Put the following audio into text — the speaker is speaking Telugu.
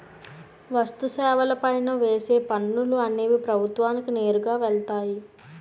వస్తు సేవల పైన వేసే పనులు అనేవి ప్రభుత్వానికి నేరుగా వెళ్తాయి